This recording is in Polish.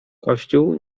kościół